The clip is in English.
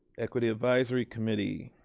equity advisory committee.